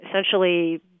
essentially